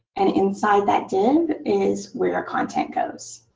and inside that div is where our content goes.